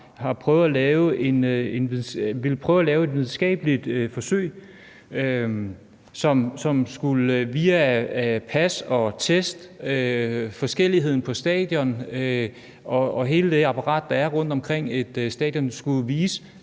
har prøvet at få lavet et videnskabeligt forsøg, som via pas og test, forskelligheden på stadion og hele det apparat, der er rundtomkring et stadion, skulle vise